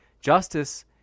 Justice